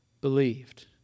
believed